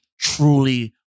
truly